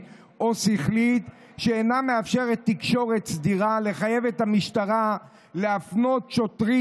או שכלית שאינה מאפשרת תקשורת סדירה ולחייב את המשטרה להפנות שוטרים